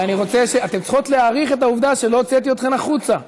אתן צריכות להעריך את העובדה שלא הוצאתי אתכן החוצה.